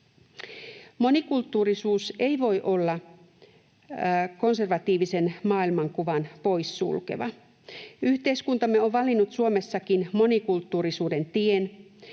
Monikulttuurisuus ei voi olla konservatiivisen maailmankuvan pois sulkeva. Yhteiskuntamme on valinnut Suomessakin monikulttuurisuuden tien.